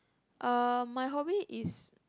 uh my hobby is